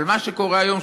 אבל מה שקורה היום,